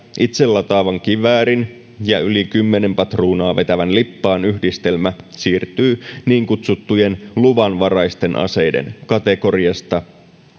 itselataavan kiväärin ja yli kymmenen patruunaa vetävän lippaan yhdistelmä siirtyy niin kutsuttujen luvanvaraisten aseiden kategoriasta